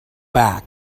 back